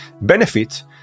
benefit